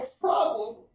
problem